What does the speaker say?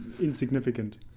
insignificant